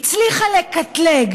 היא הצליחה לקטלג,